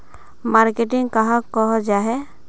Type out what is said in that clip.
Marketing कहाक को जाहा?